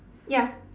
ya